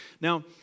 Now